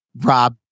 Rob